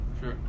Sure